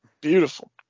Beautiful